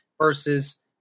versus